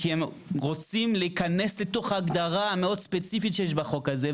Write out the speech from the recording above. כי הם רוצים להיכנס לתוך הגדרה מאוד ספציפית שיש בחוק הזה.